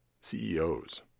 CEOs